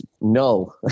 no